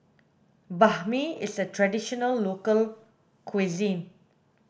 Banh Mi is a traditional local cuisine